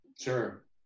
sure